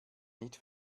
nicht